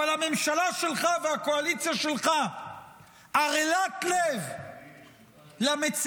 אבל הממשלה שלך והקואליציה שלך ערלות לב למציאות